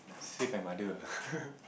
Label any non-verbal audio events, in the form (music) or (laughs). save my mother (laughs)